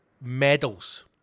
medals